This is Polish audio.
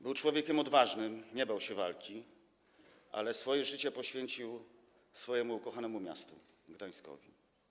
Był człowiekiem odważnym, nie bał się walki, ale swoje życie poświęcił ukochanemu miastu Gdańskowi.